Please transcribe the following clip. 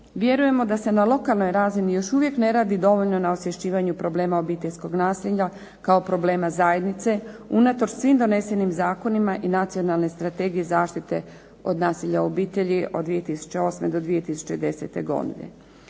Vjerujemo da se na lokalnoj razini još uvijek ne radi dovoljno na osvješćivanju problema obiteljskog nasilja, kao problema zajednice, unatoč svim donesenim zakonima i nacionalne strategije zaštite od nasilja u obitelji od 2008. do 2010. godine.